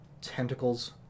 Tentacles